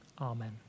amen